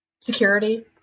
security